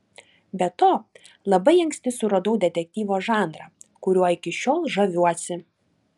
be to labai anksti suradau detektyvo žanrą kuriuo iki šiol žaviuosi